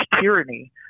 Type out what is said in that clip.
tyranny